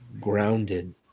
grounded